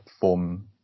form